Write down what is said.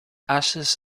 ashes